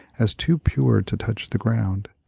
as too pure to touch the ground,